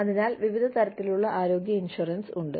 അതിനാൽ വിവിധ തരത്തിലുള്ള ആരോഗ്യ ഇൻഷുറൻസ് ഉണ്ട്